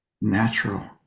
natural